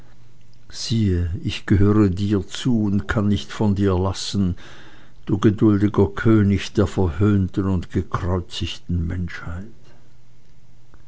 siehe ich gehöre dir zu und kann nicht von dir lassen du geduldiger könig der verhöhnten und gekreuzigten menschheit